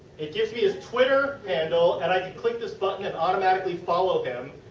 it gives me his twitter handle and i can click this button and automatically follow him.